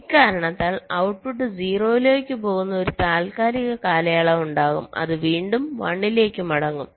അതിനാൽ ഇക്കാരണത്താൽ ഔട്ട്പുട്ട് 0 ലേക്ക് പോകുന്ന ഒരു താൽക്കാലിക കാലയളവ് ഉണ്ടാകും അത് വീണ്ടും 1 ലേക്ക് മടങ്ങും